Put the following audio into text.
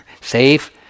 safe